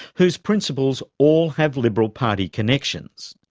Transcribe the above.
whose principals all have liberal party connections.